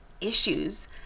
issues